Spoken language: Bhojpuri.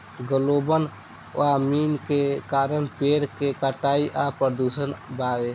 ग्लोबल वार्मिन के कारण पेड़ के कटाई आ प्रदूषण बावे